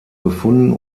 gefunden